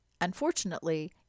Unfortunately